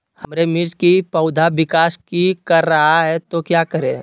हमारे मिर्च कि पौधा विकास ही कर रहा है तो क्या करे?